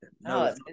no